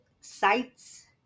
sites